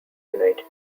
united